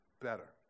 better